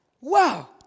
Wow